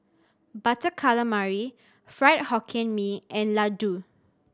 Butter Calamari Fried Hokkien Mee and laddu